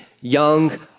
young